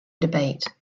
debate